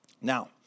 Now